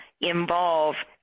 involve